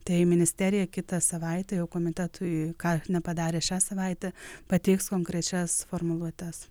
tai ministerija kitą savaitę jau komitetui kad nepadarė šią savaitę pateiks konkrečias formuluotes